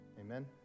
Amen